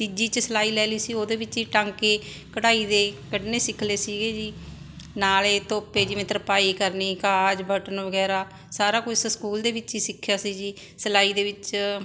ਤੀਜੀ 'ਚ ਸਿਲਾਈ ਲੈ ਲਈ ਸੀ ਉਹਦੇ ਵਿੱਚ ਹੀ ਟਾਂਕੇ ਕਢਾਈ ਦੇ ਕੱਢਣੇ ਸਿੱਖ ਲਏ ਸੀਗੇ ਜੀ ਨਾਲੇ ਤੋਪੇ ਜਿਵੇਂ ਤਰਪਾਈ ਕਰਨੀ ਕਾਜ ਬਟਨ ਵਗੈਰਾ ਸਾਰਾ ਕੁਝ ਸਕੂਲ ਦੇ ਵਿੱਚ ਹੀ ਸਿੱਖਿਆ ਸੀ ਜੀ ਸਿਲਾਈ ਦੇ ਵਿੱਚ